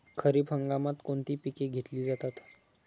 खरीप हंगामात कोणती पिके घेतली जातात?